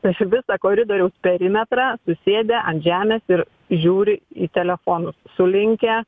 per visą koridoriaus perimetrą susėdę ant žemės ir žiūri į telefonus sulinkę